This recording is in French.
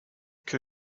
que